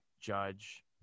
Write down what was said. Judge